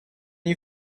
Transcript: you